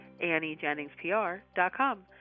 AnnieJenningsPR.com